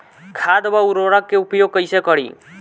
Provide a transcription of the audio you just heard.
खाद व उर्वरक के उपयोग कइसे करी?